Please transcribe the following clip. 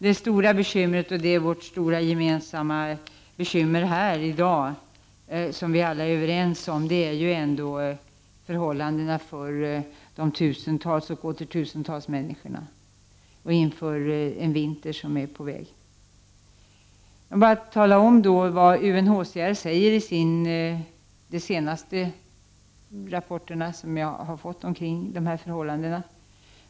Det stora bekymret, som vi har gemensamt här i dag och alla är överens om, är ändå förhållandena för de tusentals och åter tusentals människorna inför den vinter som är på väg. Jag vill bara tala om vad UNHCR säger i de senaste rapporter som jag har fått omkring de här förhållandena.